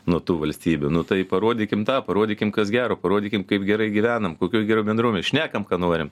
nuo tų valstybių nu tai parodykim tą parodykim kas gero parodykim kaip gerai gyvenam kokioj geroj bendruomenėj šnekam ką norim